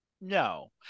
no